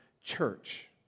church